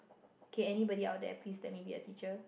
K anybody out there please let me be a teacher